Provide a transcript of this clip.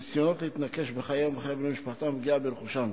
ניסיונות להתנקש בחייהם ובחיי בני משפחותיהם ופגיעה ברכושם.